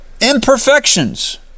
imperfections